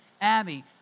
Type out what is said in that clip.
Abby